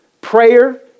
prayer